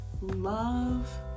love